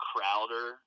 Crowder